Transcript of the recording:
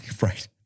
right